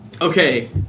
Okay